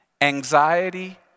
anxiety